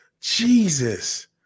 Jesus